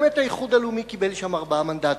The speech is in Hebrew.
באמת האיחוד הלאומי קיבל שם ארבעה מנדטים,